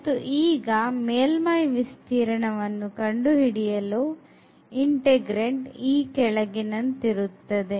ಮತ್ತು ಈಗ ಮೇಲ್ಮೈ ವಿಸ್ತೀರ್ಣವನ್ನು ಕಂಡು ಹಿಡಿಯಲು integrand ಈ ಕೆಳಗಿನಂತಿರುತ್ತದೆ